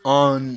on